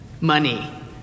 money